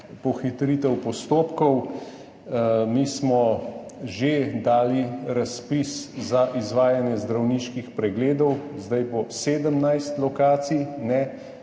pohitritev postopkov. Mi smo že dali razpis za izvajanje zdravniških pregledov. Zdaj bo 17 lokacij, ne